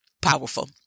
Powerful